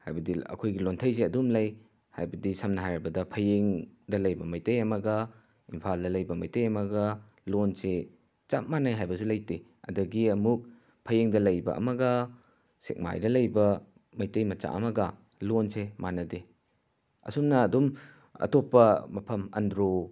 ꯍꯥꯏꯕꯗꯤ ꯑꯩꯈꯣꯏꯒꯤ ꯂꯣꯟꯊꯩꯁꯦ ꯑꯗꯨꯝ ꯂꯩ ꯍꯥꯏꯕꯗꯤ ꯁꯝꯅ ꯍꯥꯏꯔꯕꯗ ꯐꯌꯦꯡꯗ ꯂꯩꯕ ꯃꯩꯇꯩ ꯑꯃꯒ ꯏꯝꯐꯥꯜꯗ ꯂꯩꯕ ꯃꯩꯇꯩ ꯑꯃꯒ ꯂꯣꯟꯁꯤ ꯆꯞ ꯃꯥꯟꯅꯩ ꯍꯥꯏꯕꯁꯨ ꯂꯩꯇꯦ ꯑꯗꯒꯤ ꯑꯃꯨꯛ ꯐꯌꯦꯡꯗ ꯂꯩꯕ ꯑꯃꯒ ꯁꯦꯛꯃꯥꯏꯗ ꯂꯩꯕ ꯃꯩꯇꯩ ꯃꯆꯥ ꯑꯃꯒ ꯂꯣꯟꯁꯤ ꯃꯥꯟꯅꯗꯦ ꯑꯁꯨꯝꯅ ꯑꯗꯨꯝ ꯑꯇꯣꯞꯄ ꯃꯐꯝ ꯑꯟꯗ꯭ꯔꯣ